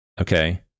okay